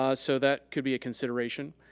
ah so that could be a consideration.